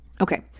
okay